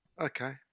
Okay